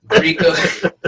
Rico